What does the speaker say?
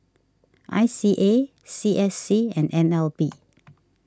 I C A C S C and N L B